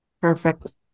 Perfect